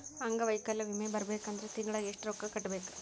ಅಂಗ್ವೈಕಲ್ಯ ವಿಮೆ ಬರ್ಬೇಕಂದ್ರ ತಿಂಗ್ಳಾ ಯೆಷ್ಟ್ ರೊಕ್ಕಾ ಕಟ್ಟ್ಬೇಕ್?